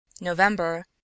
November